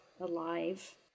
alive